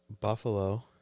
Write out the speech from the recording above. Buffalo